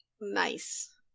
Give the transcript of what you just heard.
Nice